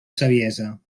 saviesa